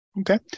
Okay